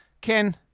Ken